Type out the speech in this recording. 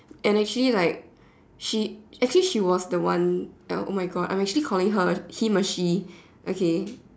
and actually like she actually she was the one uh my God I'm actually calling her him a she okay